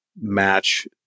match